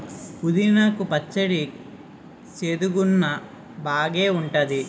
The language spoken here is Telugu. పుదీనా కు పచ్చడి సేదుగున్నా బాగేఉంటాది